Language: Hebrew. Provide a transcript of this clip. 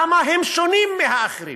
למה הם שונים מהאחרים?